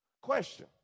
Question